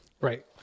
right